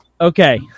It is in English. Okay